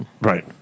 right